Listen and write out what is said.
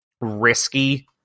risky